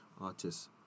artists